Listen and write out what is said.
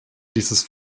dieses